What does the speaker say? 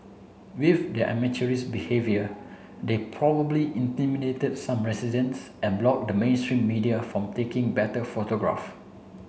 with their amateurish behaviour they probably intimidated some residents and blocked the mainstream media from taking better photograph